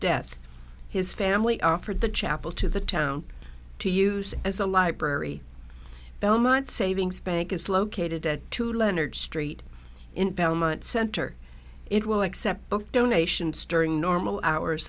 death his family are offered the chapel to the town to use as a library belmont savings bank is located at two leonard street in belmont center it will accept book donations during normal hours